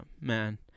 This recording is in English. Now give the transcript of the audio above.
man